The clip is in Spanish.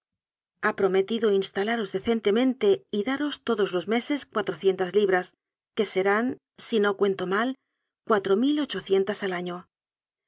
ha prometido instalaros de centemente y daros todos los meses cuatrocientas libras que serán si no cuento mal cuatro mil ochocientas al año